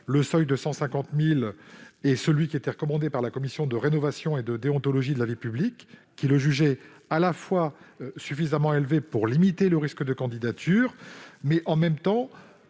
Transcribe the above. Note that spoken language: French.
Ce second seuil est celui qui était recommandé par la commission de rénovation et de déontologie de la vie publique. Elle le jugeait à la fois suffisamment élevé, pour limiter le risque d'émiettement des